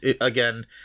again